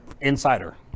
insider